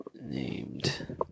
named